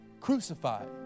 crucified